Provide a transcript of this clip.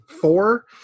four